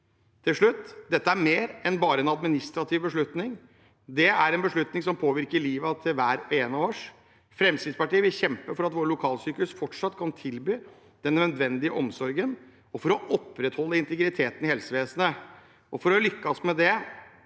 Til slutt: Dette er mer enn bare en administrativ beslutning, det er en beslutning som påvirker livet til hver og en av oss. Fremskrittspartiet vil kjempe for at våre lokalsykehus fortsatt kan tilby den nødvendige omsorgen, og for å opprettholde integriteten i helsevesenet. For å lykkes med det